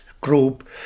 group